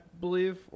believe